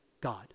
God